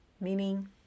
Meaning